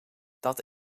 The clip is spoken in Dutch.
dat